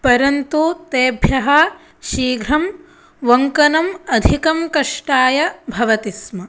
परन्तु तेभ्यः शीघ्रं वङ्कनम् अधिकं कष्टाय भवति स्म